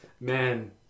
Man